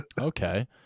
Okay